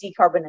decarbonization